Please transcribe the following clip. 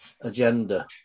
agenda